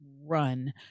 run